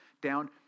down